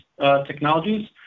technologies